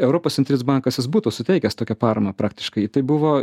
europos bankas jis būtų suteikęs tokią paramą praktiškai tai buvo